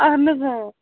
اَہَن حظ